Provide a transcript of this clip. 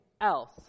else